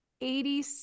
Eighty